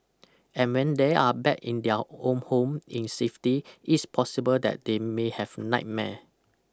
and when they are back in their own home in safety it's possible that they may have nightmare